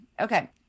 okay